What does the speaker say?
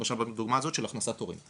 למשל בדוגמא הזאת של הכנסת הורה.